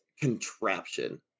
contraption